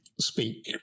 speak